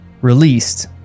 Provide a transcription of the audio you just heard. Released